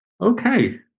Okay